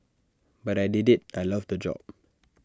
but I did IT I loved the job